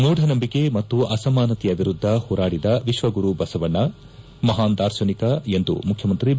ಮೂಢನಂಬಿಕೆ ಮತ್ತು ಅಸಮಾನತೆಯ ವಿರುದ್ದ ಹೋರಾಡಿದ ವಿಶ್ವಗುರು ಬಸವಣ್ಣ ಮಹಾನ್ ದಾರ್ಶನಿಕ ಎಂದು ಮುಖ್ಯಮಂತ್ರಿ ಬಿ